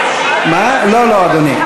לא לא, אדוני.